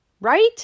right